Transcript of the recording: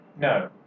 No